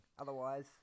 Otherwise